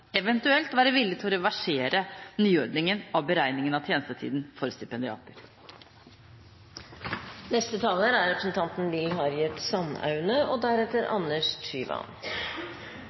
eventuelt være villig til å reversere nyordningen av beregningen av tjenestetiden for stipendiater.